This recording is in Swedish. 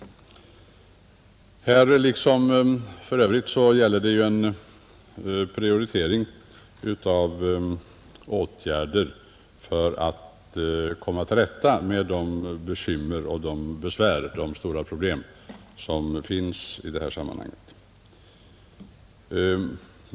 Här liksom i övrigt gäller det en prioritering av åtgärder för att komma till rätta med de stora problem som finns i sammanhanget.